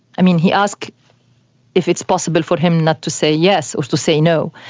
i mean, he asked if it's possible for him not to say yes, or to say no,